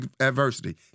adversity